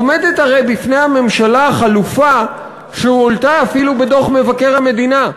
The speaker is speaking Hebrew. עומדת הרי בפני הממשלה החלופה שהועלתה אפילו בדוח מבקר המדינה,